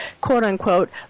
quote-unquote